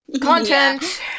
Content